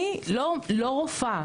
אני לא רופאה.